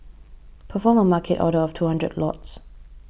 perform a Market order of two hundred lots